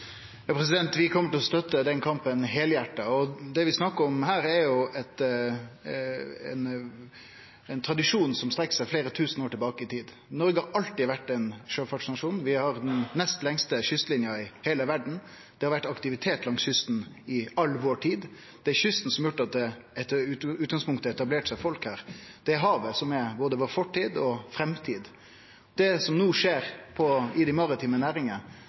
Ja, vi kjem til å støtte den kampen heilhjarta, og det vi snakkar om her, er ein tradisjon som strekkjer seg fleire tusen år tilbake i tid. Noreg har alltid vore ein sjøfartsnasjon, vi har den nest lengste kystlinja i heile verda, det har vore aktivitet langs kysten i all vår tid. Det er kysten som har gjort at folk i utgangspunktet har etablert seg her. Det er havet som er både vår fortid og vår framtid. Det som no skjer i dei maritime